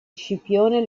scipione